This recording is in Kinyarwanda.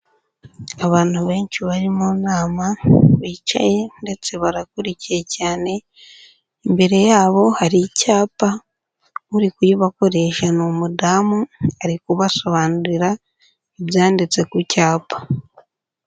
Abantu benshi bari mu nama, bicaye ndetse barakurikiye cyane, imbere yabo hari icyapa, uri kuyibakoresha ni umudamu, ari kubasobanurira ibyanditse ku cyapa.